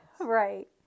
Right